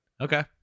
Okay